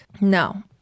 no